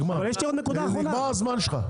נגמר הזמן שלך.